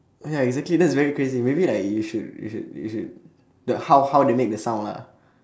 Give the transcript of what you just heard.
oh ya exactly that's very crazy maybe like you should you should you should the how how they make the sound lah